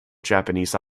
japanese